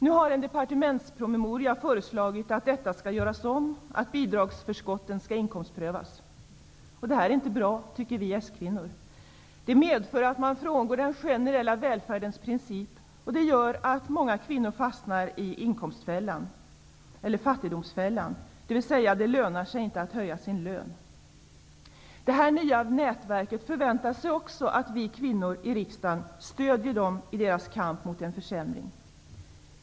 Nu har det i en departementspromemoria föreslagits att detta skall göras om och att bidragsförskotten skall inkomstprövas. Det är inte bra, tycker vi s-kvinnor. Det medför att man frångår den generella välfärdens princip, och det gör att många kvinnor fastnar i fattigdomsfällan, dvs. att det inte lönar sig att höja sin lön. Det nya nätverket väntar sig också att vi kvinnor i riksdagen stöder dem i deras kamp mot en försämring.